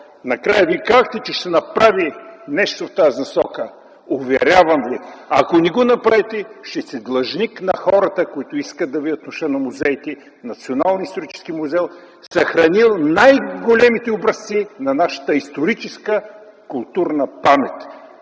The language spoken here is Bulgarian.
Накрая казахте, че ще се направи нещо в тази насока. Уверявам Ви, че ако не го направите, ще сте длъжник на хората, които искат в Нощта на музеите да видят Националния исторически музей, съхранил най-големите образци на нашата историческа и културна памет.